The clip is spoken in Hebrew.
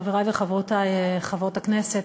חברי וחברותי חברות הכנסת,